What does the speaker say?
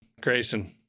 Grayson